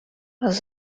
was